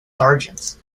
sergeants